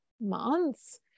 months